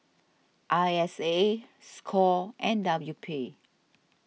I S A Score and W P